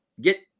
get